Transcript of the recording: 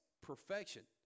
perfection